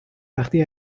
وقتی